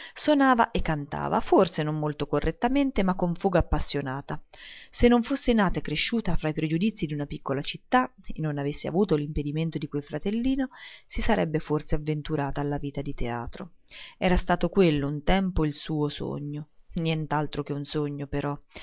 sonava e cantava forse non molto correttamente ma con foga appassionata se non fosse nata e cresciuta fra i pregiudizii d'una piccola città e non avesse avuto l'impedimento di quel fratellino si sarebbe forse avventurata alla vita di teatro era stato quello un tempo il suo sogno nient'altro che un sogno però